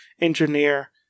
engineer